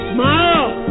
Smile